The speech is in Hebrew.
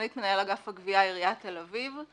סגנית מנהל אגף הגבייה, עיריית תל אביב.